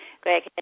Greg